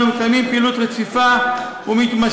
אנו מקיימים פעילות רציפה ומתמשכת